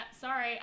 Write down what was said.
sorry